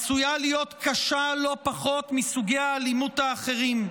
עשויה להיות קשה לא פחות מסוגי האלימות האחרים,